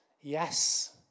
Yes